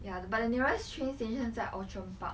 ya but the nearest train station 在 outram park